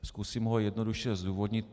Zkusím ho jednoduše zdůvodnit.